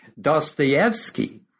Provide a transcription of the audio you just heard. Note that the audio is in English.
Dostoevsky